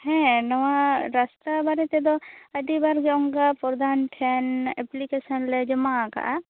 ᱦᱮᱸ ᱱᱚᱣᱟ ᱨᱟᱥᱛᱟ ᱵᱟᱨᱮ ᱛᱮᱫᱚ ᱟᱹᱰᱤ ᱵᱟᱨ ᱜᱮ ᱚᱱᱟᱠᱟ ᱯᱨᱚᱫᱷᱟᱱ ᱴᱷᱮᱱ ᱮᱯᱞᱤᱠᱮᱥᱚᱱᱞᱮ ᱡᱚᱢᱟ ᱟᱠᱟᱫᱟ